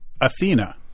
Athena